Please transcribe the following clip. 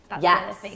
yes